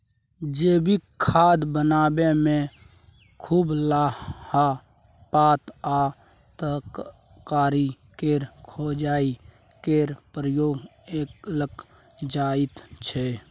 जैबिक खाद बनाबै मे सुखलाहा पात आ तरकारी केर खोंइचा केर प्रयोग कएल जाइत छै